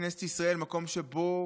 בכנסת ישראל, מקום שבו